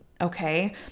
Okay